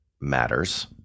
matters